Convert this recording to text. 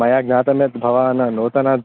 मया ज्ञातं यत् भवान् नूतनम्